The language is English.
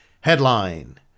Headline